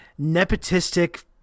nepotistic